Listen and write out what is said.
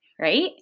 right